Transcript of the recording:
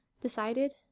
decided